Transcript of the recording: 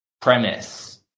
premise